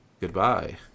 goodbye